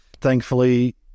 thankfully